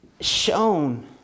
shown